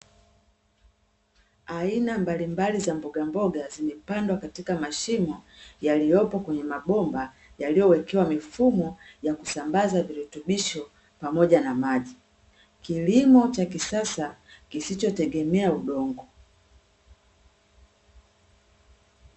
Aina mbalimbali za mbogamboga zimepandwa katika mashimo, yaliyopo kwenye mabomba yaliyowekewa mifumo ya kusambaza virutubisho pamoja na maji. Kilimo cha kisasa kisichotegemea udongo.